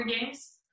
Games